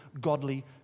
godly